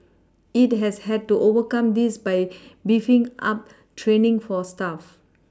it has had to overcome this by beefing up training for staff